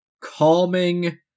calming